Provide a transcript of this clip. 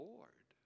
Lord